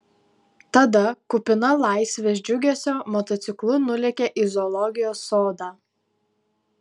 tada kupina laisvės džiugesio motociklu nulėkė į zoologijos sodą